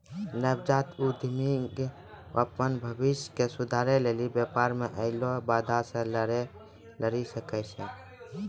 नवजात उद्यमि अपन भविष्य के सुधारै लेली व्यापार मे ऐलो बाधा से लरी सकै छै